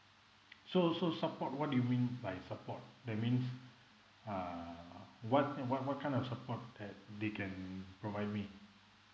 so so support what do you mean by support that means uh what what kind of support that they can provide me